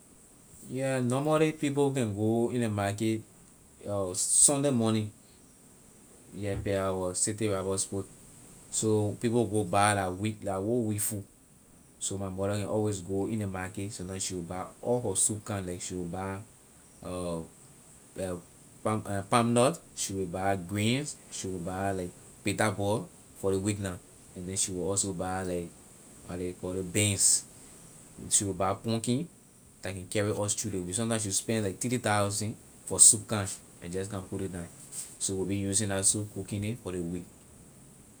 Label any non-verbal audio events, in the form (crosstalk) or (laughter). Yeah normally people can go in ley market (hesitation) sunday morning yeah like our city robertsport so people go buy la week la whole week food so my mother can always go in ley market sometime she will buy all her soup kind like she will buy (hesitation) palm- palmnut we will buy greens she buy like bitterball for ley week na and then she will also buy like how ley call it beans she will buy pumpkin la can carry us through the week sometime she will spend like three thousand for soup kind and just come put ley down so we will be using la soup cooking it for ley week.